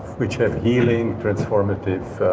which have healing, transformative,